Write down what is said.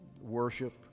worship